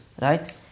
right